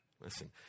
Listen